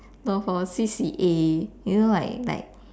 no for C_C_A you know like like